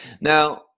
Now